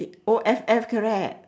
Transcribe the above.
O F F correct